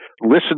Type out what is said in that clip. Listen